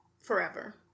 forever